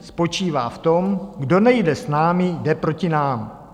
Spočívá v tom: kdo nejde s námi, jde proti nám.